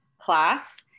class